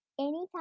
anytime